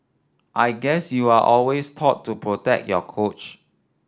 I guess you're always taught to protect your coach